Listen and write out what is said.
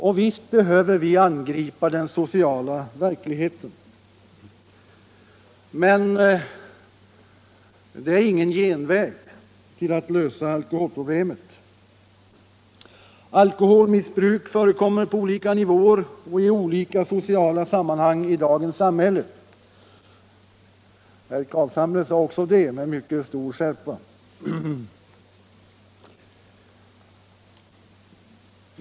Och visst behöver vi angripa den sociala verkligheten, men det är ingen genväg för att lösa alkoholproblemet. Alkoholmissbruk förekommer på olika nivåer och i olika sociala sammanhang i dagens samhälle. Herr Carlshamre framhöll också det med mycket stor skärpa.